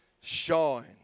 shine